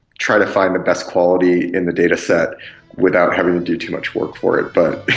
trying to find the best quality in the dataset without having to do too much work for it. but